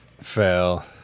Fail